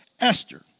Esther